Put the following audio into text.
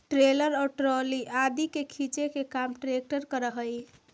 trailer और trolley आदि के खींचे के काम ट्रेक्टर करऽ हई